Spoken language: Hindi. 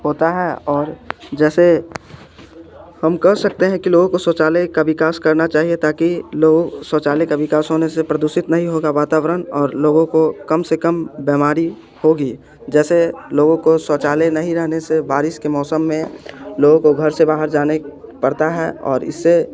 होता है और जैसे हम कह सकते हैं कि लोगों को शौचालय का विकास करना चाहिए ताकि लोग शौचालय का विकास होने से प्रदूषित नहीं होता वातावरण और लोगों को कम से कम बीमारी होगी जैसे लोगों को शौचालय नही रहने से बारिश के मौसम में लोगों को घर से बाहर जाने पड़ता है और इससे